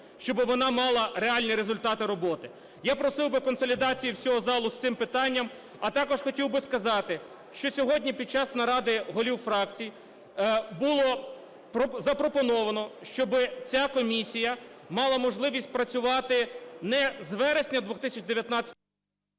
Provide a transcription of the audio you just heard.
щоб вона мала реальні результати роботи. Я просив би консолідації всього залу з цим питанням. А також хотів би сказати, що сьогодні під час наради голів фракцій було запропоновано, щоби ця комісія мала можливість працювати не з вересня 2019-го…